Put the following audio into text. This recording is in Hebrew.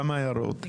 כמה הערות.